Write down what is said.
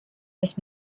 kes